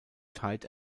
tight